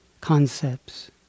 concepts